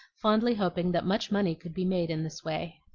fondly hoping that much money could be made in this way.